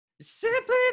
Simply